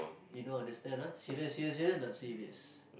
you don't understand ah serious serious serious not serious